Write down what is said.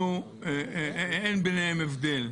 אין ביניהם הבדל.